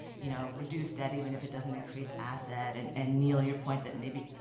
you know, reduce that, even if it doesn't increase asset, and and, neil, your point that maybe,